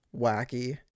wacky